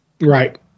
right